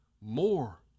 more